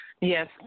Yes